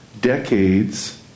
decades